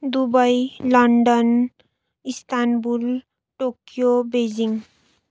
Dubai London Istanbul Tokyo Beijing